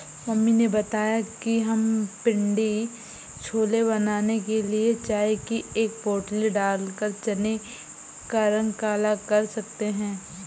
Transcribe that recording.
mummy ने बताया कि हम पिण्डी छोले बनाने के लिए चाय की एक पोटली डालकर चने का रंग काला कर सकते हैं